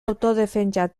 autodefentsa